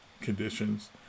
conditions